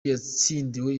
yatsindiwe